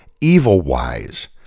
evil-wise